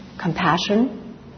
compassion